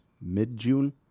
mid-June